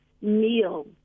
meal